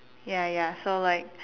ya ya so like